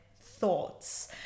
thoughts